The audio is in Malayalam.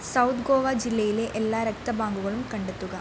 സൗത്ത് ഗോവ ജില്ലയിലെ എല്ലാ രക്ത ബാങ്കുകളും കണ്ടെത്തുക